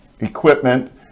equipment